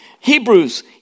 Hebrews